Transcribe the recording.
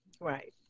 Right